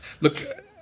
Look